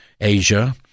Asia